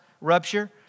rupture